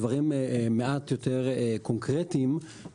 דברים מעט יותר קונקרטיים.